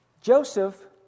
Joseph